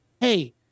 hey